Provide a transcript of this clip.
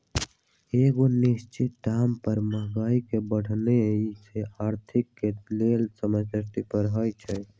एगो निश्चित दाम पर महंगाई के बढ़ेनाइ अर्थव्यवस्था के लेल सकारात्मक होइ छइ